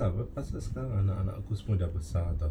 ah lepas tu sekarang anak-anak semua dah besar [tau]